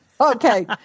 okay